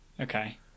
Okay